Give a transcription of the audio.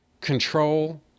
control